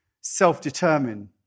self-determined